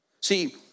See